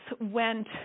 went